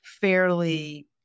fairly